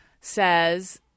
says